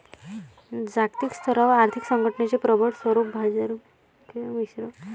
जागतिक स्तरावर आर्थिक संघटनेचे प्रबळ स्वरूप बाजाराभिमुख मिश्र अर्थ व्यवस्थेवर आधारित आहे